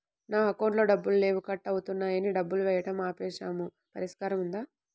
నా అకౌంట్లో డబ్బులు లేవు కట్ అవుతున్నాయని డబ్బులు వేయటం ఆపేసాము పరిష్కారం ఉందా?